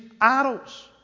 idols